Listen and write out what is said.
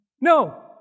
No